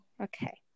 okay